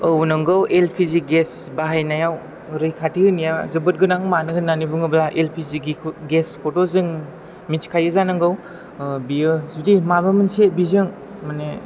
औ नंगौ L P G gas बाहायनायाव रैखाथि होनाया जोबोद गोनां मानो होन्नानै बुङोब्ला एल पि जि गेस खौथ' जों मिथिखायो जानांगौ बेयो जुदि माबा मोनसे बिजों माने